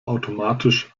automatisch